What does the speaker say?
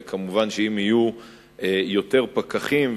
ומובן שאם יהיו יותר פקחים,